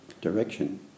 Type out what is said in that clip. direction